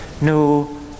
No